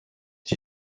die